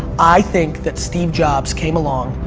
i think that steve jobs came along,